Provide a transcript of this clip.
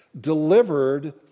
delivered